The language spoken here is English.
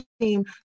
team